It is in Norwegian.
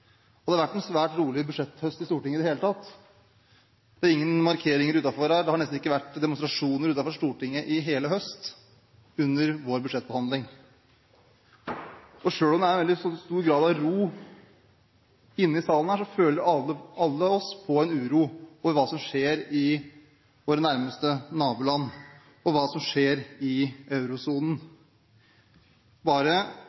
rolig. Det har vært en svært rolig budsjetthøst i Stortinget i det hele tatt. Det er ingen markeringer utenfor her, det har nesten ikke vært demonstrasjoner utenfor Stortinget i hele høst under vår budsjettbehandling. Selv om det er en veldig stor grad av ro inne i salen her, føler vi alle på en uro for hva som skjer i våre nærmeste naboland, og hva som skjer i eurosonen. Bare